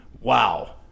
wow